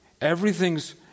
Everything's